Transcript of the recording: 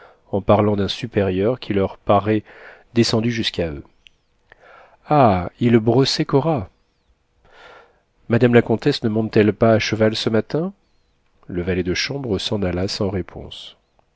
en parlant d'un supérieur qui leur paraît descendu jusqu'à eux ah il brossait cora madame la comtesse ne monte t elle pas à cheval ce matin le valet de chambre s'en alla sans réponse